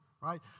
right